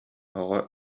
оҕо